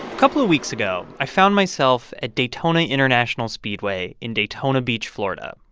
couple of weeks ago, i found myself at daytona international speedway in daytona beach, fla, and